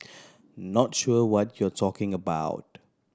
not sure what we're talking about